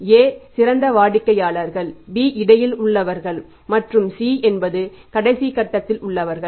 A சிறந்த வாடிக்கையாளர்கள் B இடையில் உள்ளவர்கள் மற்றும் C என்பது கடைசி கட்டத்தில் உள்ளவர்கள்